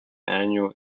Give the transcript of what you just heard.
annual